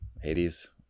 Hades